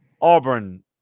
Auburn